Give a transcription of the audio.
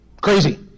crazy